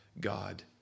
God